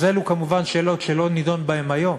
אז אלה כמובן שאלות שלא נדון בהן היום,